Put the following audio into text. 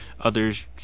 Others